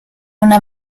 una